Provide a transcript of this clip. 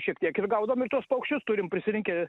šiek tiek ir gaudom ir tuos paukščius turim prisirinkę